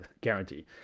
guarantee